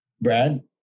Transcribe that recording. Brad